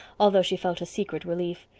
although she felt a secret relief.